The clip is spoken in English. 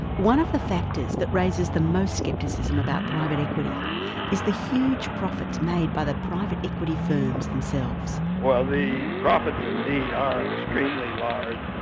one of the factors that raises the most scepticism about private equity is the huge profits made by the private equity firms themselves. well the profits indeed are extremely large.